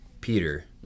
peter